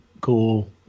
cool